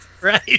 Right